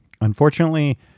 Unfortunately